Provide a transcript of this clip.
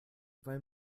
weil